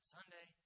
Sunday